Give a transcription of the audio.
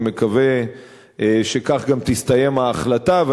אני מקווה שכך גם תסתיים ההחלטה,